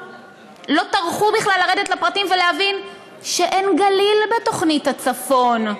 לא טרחו בכלל לרדת לפרטים ולהבין שאין גליל בתוכנית הצפון,